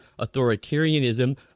authoritarianism